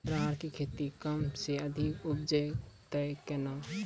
राहर की खेती कम समय मे अधिक उपजे तय केना?